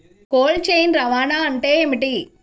Cold chain రవాణా అంటే ఏమిటీ?